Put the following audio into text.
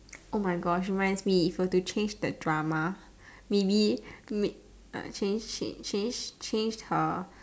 oh my gosh reminds me if were to change the drama maybe may err change she change change her